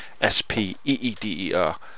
s-p-e-e-d-e-r